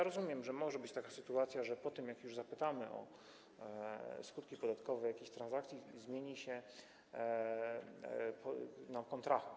Rozumiem, że może być taka sytuacja, że po tym, jak już zapytamy o skutki podatkowe jakichś transakcji, zmieni się kontrahent.